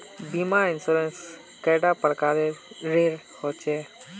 बीमा इंश्योरेंस कैडा प्रकारेर रेर होचे